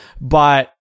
but-